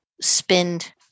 spend